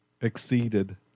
exceeded